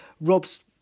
Rob's